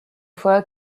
fois